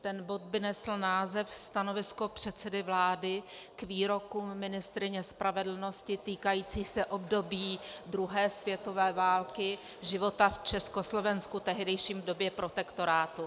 Ten bod by nesl název Stanovisko předsedy vlády k výrokům ministryně spravedlnosti týkajícím se období druhé světové války, života v Československu v tehdejší době protektorátu.